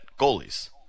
goalies